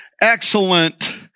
excellent